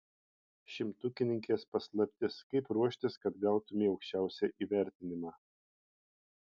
šimtukininkės paslaptis kaip ruoštis kad gautumei aukščiausią įvertinimą